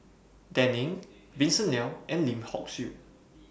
Dan Ying Vincent Leow and Lim Hock Siew